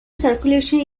circulation